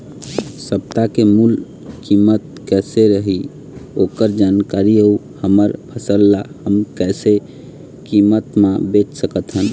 सप्ता के मूल्य कीमत कैसे रही ओकर जानकारी अऊ हमर फसल ला हम कैसे कीमत मा बेच सकत हन?